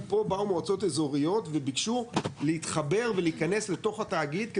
כי פה באו מועצות אזוריות והתבקשו להתחבר ולהיכנס לתוך התאגיד,